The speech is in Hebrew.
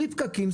בלי פקקים.